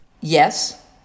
Yes